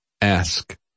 ask